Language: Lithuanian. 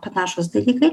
panašūs dalykai